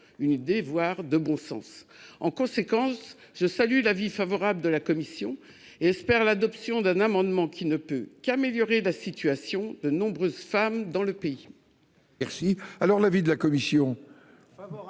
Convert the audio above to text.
voire de bon sens. En conséquence, je salue l'avis favorable de la commission et espère l'adoption d'un amendement qui ne peut qu'améliorer la situation de nombreuses femmes dans le pays. Quel est l'avis de la commission ?